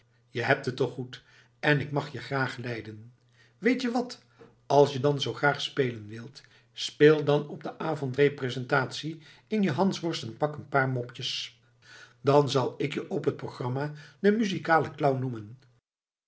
je hebt het toch goed en ik mag je graag lijden weet je wat als je dan zoo graag spelen wilt speel dan op de avondrepresentatie in je hansworstenpak een paar mopjes dan zal ik je op het programma den muzikalen clown noemen